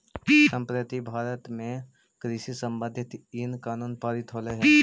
संप्रति भारत में कृषि संबंधित इन कानून पारित होलई हे